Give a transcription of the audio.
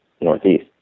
northeast